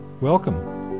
Welcome